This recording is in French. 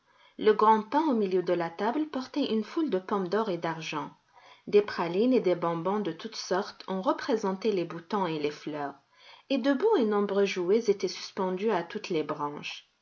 le grand pin au milieu de la table portait une foule de pommes d'or et d'argent des pralines et des bonbons de toute sorte en représentaient les boutons et les fleurs et de beaux et nombreux jouets étaient suspendus à toutes les branches